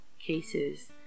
cases